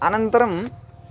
अनन्तरम्